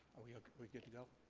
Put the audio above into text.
are we we good to go?